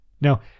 Now